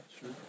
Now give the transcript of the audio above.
sure